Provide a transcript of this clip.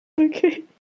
okay